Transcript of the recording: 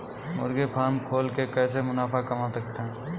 मुर्गी फार्म खोल के कैसे मुनाफा कमा सकते हैं?